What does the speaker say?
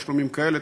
תשלומים כאלה,